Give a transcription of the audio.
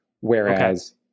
Whereas